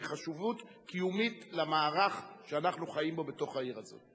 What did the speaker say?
היא חשיבות קיומית למערך שאנחנו חיים בו בתוך העיר הזאת.